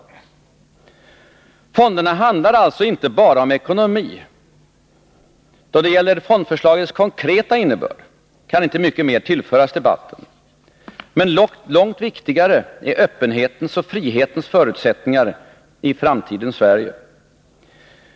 Fonderna handlar alltså inte bara om ekonomi. Då det gäller fondförslagets konkreta innebörd kan inte mycket mer tillföras debatten. Långt viktigare är öppenhetens och frihetens förutsättningar i framtidens Sverige.